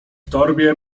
torbie